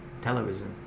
television